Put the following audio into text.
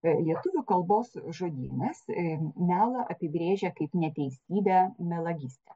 lietuvių kalbos žodynas melą apibrėžia kaip neteisybę melagystę